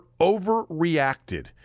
overreacted